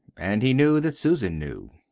and he knew that susan knew.